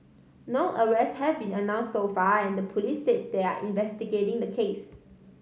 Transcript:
no arrests have been announce so far and the police say they are investigating the case